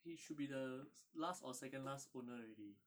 he should be the last or second last owner already